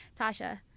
Tasha